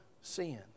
sin